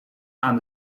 aan